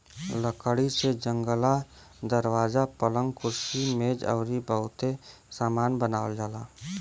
लकड़ी से जंगला, दरवाजा, पलंग, कुर्सी मेज अउरी बहुते सामान बनावल जाला